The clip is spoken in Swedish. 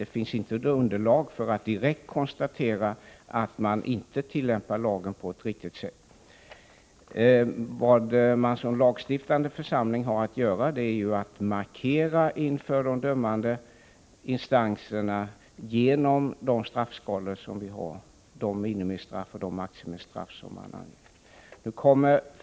Det finns inte underlag för att direkt konstatera att man inte tillämpar lagen på ett riktigt sätt. Vad man som lagstiftande församling har att göra är att inför de dömande instanserna markera, genom de straffskalor som vi har, de minimistraff och de maximistraff som skall gälla.